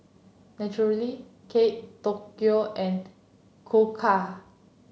Naturel Kate Tokyo and Koka